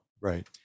right